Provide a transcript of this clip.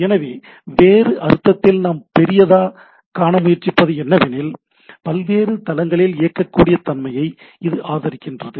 எனவே வேறு அர்த்தத்தில் நாம் பெரிதா காண முயற்சிப்பது என்னவெனில் பல்வேறு தளத்தில் இயங்கக்கூடிய தன்மையை இது ஆதரிக்கிறது